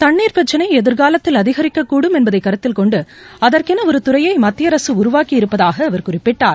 தண்ணீர் பிரச்சினை எதிர்காலத்தில் அதிகரிக்கக்கூடும் என்பதை கருத்தில் கொண்டு அதற்கென ஒரு துறையை மத்திய அரசு உருவாக்கி இருப்பதாக அவர் குறிப்பிட்டார்